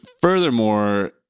furthermore